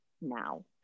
now